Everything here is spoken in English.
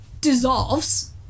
dissolves